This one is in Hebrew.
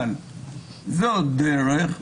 אבל זאת דרך.